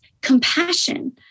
compassion